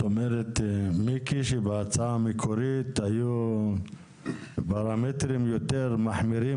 את אומרת מיקי שבהצעה המקורית היו פרמטרים יותר מחמירים